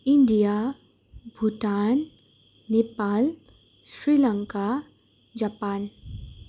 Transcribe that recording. India Bhutan Nepal Sri Lanka Japan